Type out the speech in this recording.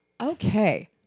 Okay